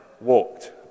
walked